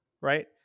right